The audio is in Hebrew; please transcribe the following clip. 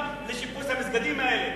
תקצה סכומים גם לשיפוץ המסגדים האלה.